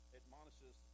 admonishes